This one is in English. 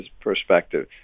perspective